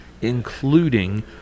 including